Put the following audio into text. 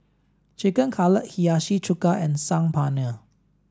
Chicken Cutlet Hiyashi chuka and Saag Paneer